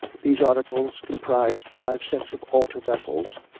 these articles comprised five sets of altar vessels,